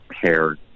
hair